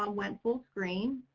um went full screen.